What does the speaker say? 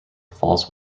falls